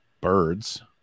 birds